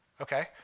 Okay